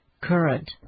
current